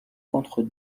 contre